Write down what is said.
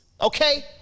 Okay